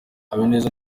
habineza